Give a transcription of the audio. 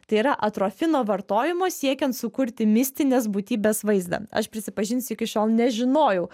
tai yra atrofino vartojimo siekiant sukurti mistinės būtybės vaizdą aš prisipažinsiu iki šiol nežinojau